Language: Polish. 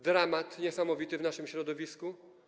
Dramat jest niesamowity w naszym środowisku.